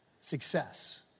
success